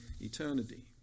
eternity